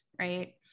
Right